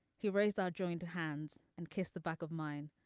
he raised our joined hands and kissed the back of mind.